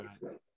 right